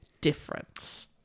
difference